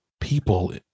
people